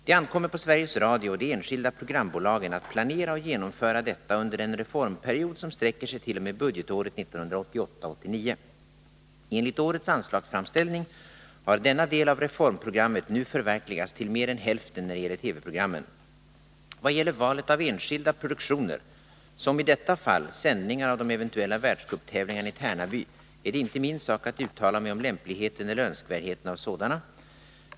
Det ankommer på Sveriges Radio och de enskilda programbolagen att planera och genomföra detta under den reformperiod som sträcker sig t.o.m. budgetåret 1988/89. Enligt årets anslagsframställning har denna del av reformprogrammet nu förverkligats till mer än hälften när det gäller TV-programmen. Vad gäller valet av enskilda produktioner, som i detta fall sändningar av de eventuella världscuptävlingarna i Tärnaby, är det inte min sak att uttala mig om lämpligheten eller önskvärdheten av sådana.